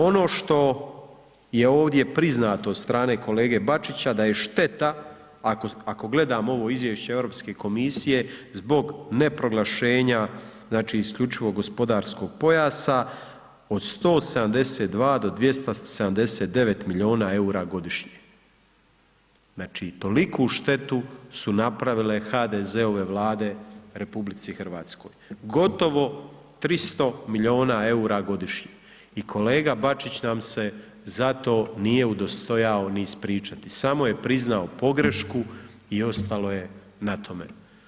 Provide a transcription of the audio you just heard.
Ovo što je ovdje priznato od strane kolege Bačića da je šteta, ako gledamo ovo izvješće Europske komisije zbog neproglašenja, znači, isključivog gospodarskog pojasa od 172 do 279 milijuna EUR-a godišnje, znači, toliku štetu su napravile HDZ-ove Vlade RH, gotovo 300 milijuna EUR-a godišnje i kolega Bačić nam se za to nije udostojao ni ispričati, samo je priznao pogrešku i ostalo je na tome.